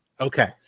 Okay